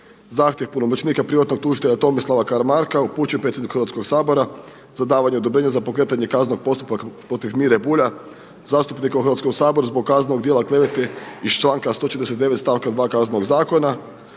zahtjev punomoćnika privatnog tužitelja Tomislava Karamarka upućen predsjedniku Hrvatskog sabora za davanje odobrenja za pokretanje kaznenog postupka protiv Mire Bulja, zastupnika u Hrvatskom saboru zbog kaznenog djela klevete iz članka 149. stavka 2. Kaznenog zakona.